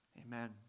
Amen